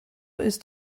ist